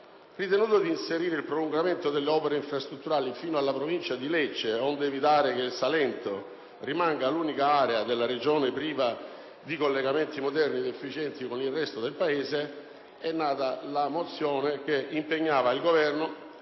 linea Napoli-Bari) il prolungamento delle opere infrastrutturali fino alla Provincia di Lecce, onde evitare che il Salento rimanga l'unica area della Regione priva di collegamenti moderni ed efficienti con il resto Paese, è nata la mozione che impegna il Governo